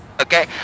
okay